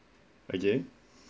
again